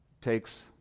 takes